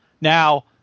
Now